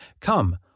Come